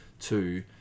two